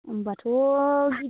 होमब्लाथ'